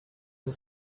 the